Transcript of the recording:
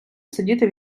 сидіти